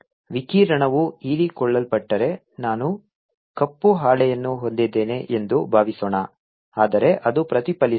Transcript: ವಿಕಿರಣವು ಹೀರಿಕೊಳ್ಳಲ್ಪಟ್ಟರೆ ನಾನು ಕಪ್ಪು ಹಾಳೆಯನ್ನು ಹೊಂದಿದ್ದೇನೆ ಎಂದು ಭಾವಿಸೋಣ ಆದರೆ ಅದು ಪ್ರತಿಫಲಿಸುತ್ತದೆ